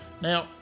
Now